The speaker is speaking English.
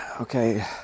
Okay